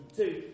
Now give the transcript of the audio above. two